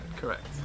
correct